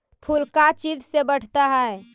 फूल का चीज से बढ़ता है?